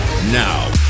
Now